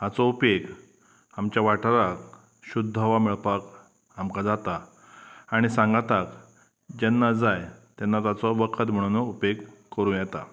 हाचो उपेग आमच्या वाठाराक शुध्द हवा मेळपाक आमकां जाता आनी सांगाताक जेन्ना जाय तेन्ना ताचो वखद म्हणून उपेग करूं येता